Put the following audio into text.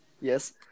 Yes